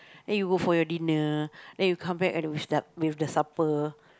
then you go for your dinner then you come back and s~ with the supper